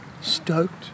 Stoked